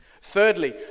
Thirdly